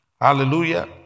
Hallelujah